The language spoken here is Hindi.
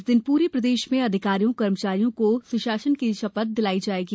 इस दिन पूरे प्रदेष में अधिकारियों कर्मचारियों को सुशासन की शपथ दिलाई जायेगी